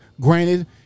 granted